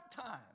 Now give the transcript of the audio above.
time